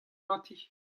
ganti